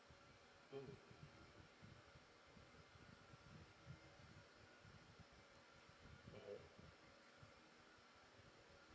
mm mmhmm